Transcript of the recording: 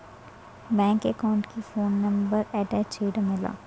Bank account కి phone number attach చేయడం ఎలా?